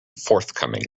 forthcoming